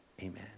Amen